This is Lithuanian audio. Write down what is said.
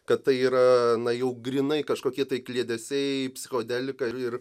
kad tai yra na jau grynai kažkokie tai kliedesiai psichodelika ir ir